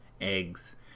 eggs